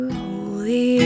holy